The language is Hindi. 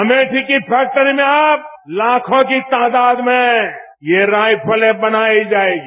अमेठी की फैक्ट्री में आप लाखों के तादात में ये राइफलें बनाई जाएगी